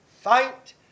Fight